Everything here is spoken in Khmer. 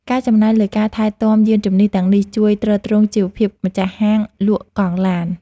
ការចំណាយលើការថែទាំយានជំនិះទាំងនេះ ជួយទ្រទ្រង់ជីវភាពម្ចាស់ហាងលក់កង់ឡាន។